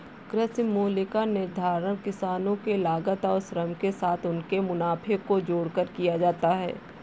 कृषि मूल्य का निर्धारण किसानों के लागत और श्रम के साथ उनके मुनाफे को जोड़कर किया जाता है